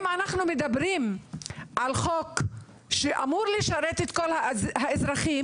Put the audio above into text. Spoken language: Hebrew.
אם אנחנו מדברים על חוק שאמור לשרת את כל האזרחים,